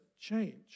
change